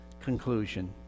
conclusion